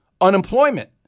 unemployment